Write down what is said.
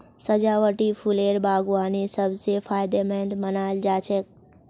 सजावटी फूलेर बागवानी सब स फायदेमंद मानाल जा छेक